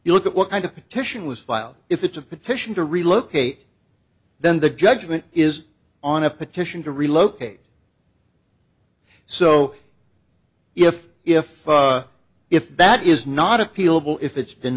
you look at what kind of petition was filed if it's a petition to relocate then the judgment is on a petition to relocate so if if if that is not appealable if it's be